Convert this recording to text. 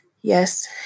Yes